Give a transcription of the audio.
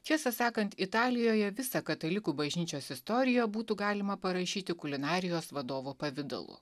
tiesą sakant italijoje visą katalikų bažnyčios istoriją būtų galima parašyti kulinarijos vadovo pavidalu